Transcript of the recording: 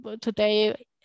today